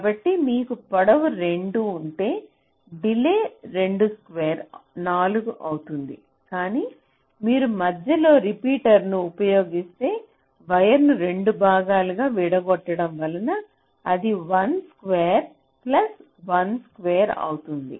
కాబట్టి మీకు పొడవు 2 ఉంటే డిలే 2 స్క్వేర్ 4 అవుతుంది కానీ మీరు మధ్యలో రిపీటర్ను ఉపయోగిస్తే వైర్ను 2 భాగాలుగా విడగొట్టడం వలన అది 1 స్క్వేర్ ప్లస్ 1 స్క్వేర్ అవుతుంది